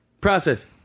Process